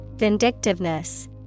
Vindictiveness